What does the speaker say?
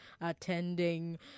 attending